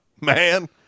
man